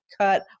cut